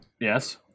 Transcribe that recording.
Yes